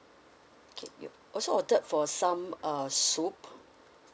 okay you also ordered for some uh soup